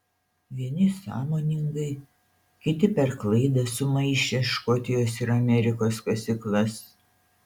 vieni sąmoningai kiti per klaidą sumaišę škotijos ir amerikos kasyklas